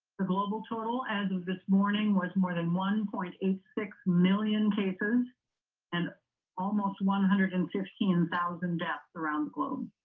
the global total as of this morning was more than one point eight six million cases and almost one hundred and fifteen thousand deaths around globe.